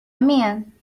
mean